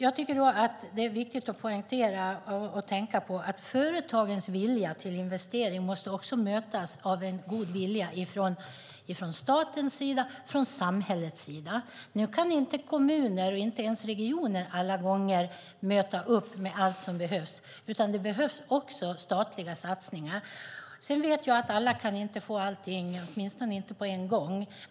Det är viktigt att tänka på att företagens vilja till investering också måste mötas av en god vilja från statens och samhällets sida. Nu kan inte kommuner eller ens regioner alla gånger möta upp med allt som behövs, utan det krävs också statliga satsningar. Jag vet att alla inte kan få allt, åtminstone inte på en gång.